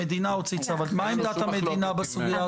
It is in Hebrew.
מה עמדת המדינה בסוגיה הזאת?